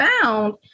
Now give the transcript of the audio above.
found